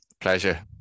Pleasure